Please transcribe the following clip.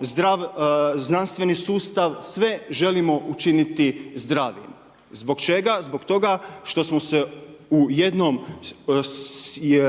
zdrav znanstveni sustav. Sve želimo učiniti zdravim. Zbog čega? Zbog toga što smo se u jednom